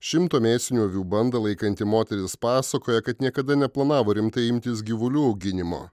šimto mėsinių avių bandą laikanti moteris pasakoja kad niekada neplanavo rimtai imtis gyvulių auginimo